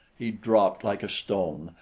he dropped like a stone,